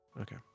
Okay